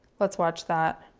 let's watch that.